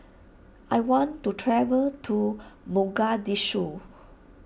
I want to travel to Mogadishu